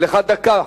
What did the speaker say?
לך דקה.